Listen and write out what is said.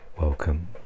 welcome